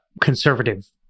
conservative